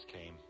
came